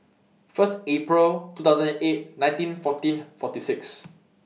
First April two thousand and eight nineteen fourteen forty six